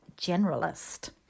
generalist